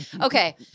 Okay